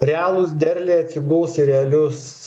realūs derliai atsiguls į realius